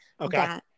okay